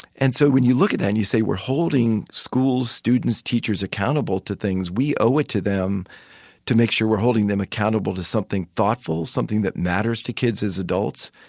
and so when you look at that and you say we're holding schools, students, teachers accountable to things we owe it to them to make sure we're holding them accountable to something thoughtful, something that matters to kids as adults.